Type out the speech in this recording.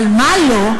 אבל מה לא?